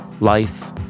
life